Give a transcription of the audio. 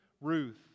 Ruth